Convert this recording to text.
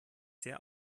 sehr